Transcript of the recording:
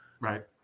Right